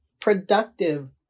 productive